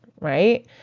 right